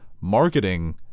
Marketing